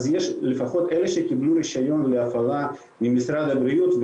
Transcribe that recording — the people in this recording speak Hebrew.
לפחות אלה שקיבלו רישיון להפעלה ממשרד הבריאות,